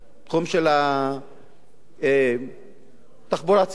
התחום של התחבורה הציבורית,